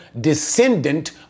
descendant